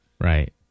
Right